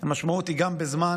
המשמעות היא גם בזמן,